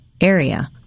area